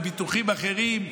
מביטוחים אחרים,